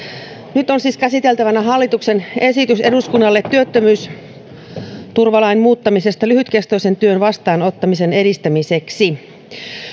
nyt on siis käsiteltävänä hallituksen esitys eduskunnalle työttömyysturvalain muuttamisesta lyhytkestoisen työn vastaanottamisen edistämiseksi